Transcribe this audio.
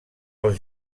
els